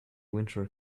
winter